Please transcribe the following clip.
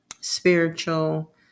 spiritual